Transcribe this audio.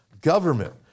government